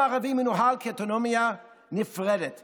שתואמים את הסטנדרט הגבוה ביותר בעולם.